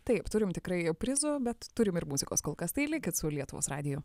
taip turim tikrai prizų bet turim ir muzikos kol kas tai likit su lietuvos radiju